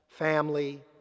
family